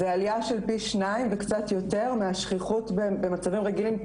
זו עלייה של פי שניים וקצת יותר מהשכיחות במצבים רגילים,